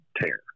tear